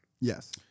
Yes